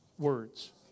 words